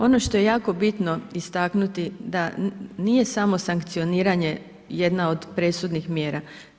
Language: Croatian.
Ono što je jako bitno istaknuti da nije samo sankcioniranje jedna od presudnih mjera.